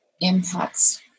impacts